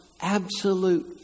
absolute